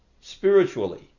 spiritually